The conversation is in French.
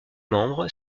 membres